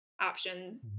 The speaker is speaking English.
option